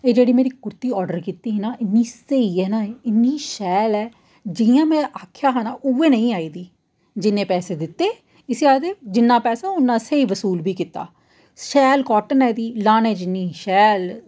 एह् जेह्ड़ी मेरी कुर्ती आर्डर कीती ही ना इन्नी स्हेई ऐ ना एह् इन्नी शैल ऐ जियां में आखेआ हा नां उऐ नेईं आई दी जिन्ने पैसे दित्ते इस्सी आखदे जिन्ना पैसा उन्ना स्हेई बसूल बी कीता शैल काटन ऐ एह्दी लाने गी जीन्नी शैल